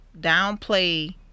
downplay